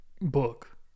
book